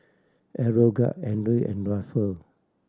Aeroguard Andre and Ruffle